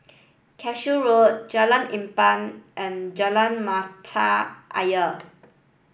Cashew Road Jalan Empat and Jalan Mata Ayer